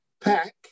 pack